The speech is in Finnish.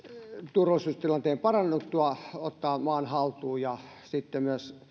turvallisuustilanteen parannuttua ottaa maan haltuun ja sitten myös päästään